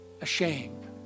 ashamed